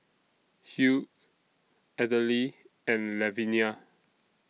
Hugh Adele and Lavinia